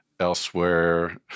elsewhere